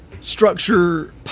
structure